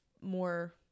more